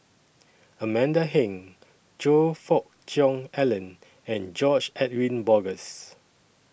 Amanda Heng Choe Fook Cheong Alan and George Edwin Bogaars